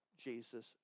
Jesus